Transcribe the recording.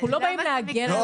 אנחנו לא באים להגן עליהם.